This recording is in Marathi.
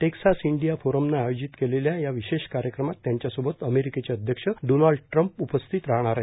टेक्सास इंडिया फोरमनं आयोजित केलेल्या या विशेष कार्यक्रमात त्यांच्यासोबत अमेरिकेचे अध्यक्ष डोनाल्ड ट्रम्प उपस्थित राहणार आहेत